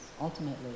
ultimately